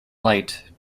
light